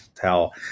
tell